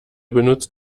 benutzt